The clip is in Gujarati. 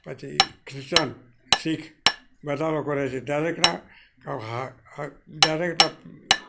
પછી ક્રિચ્યન શીખ બધા લોકો રે છે દરેકના હક દરેકના